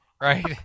right